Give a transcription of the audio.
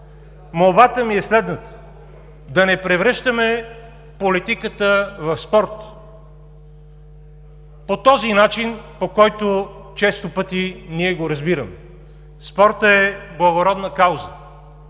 Молбата ми е следната: да не превръщаме политиката в спорт по този начин, по който често пъти ние го разбираме. Спортът е благородна кауза.